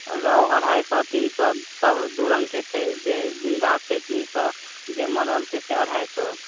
रोहु अढ़ाइ सए तीन सए सभ दू रङ्गके छै जे जिन्दा छै तीन सए जे मरल छै से अढ़ाइ सए